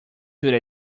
should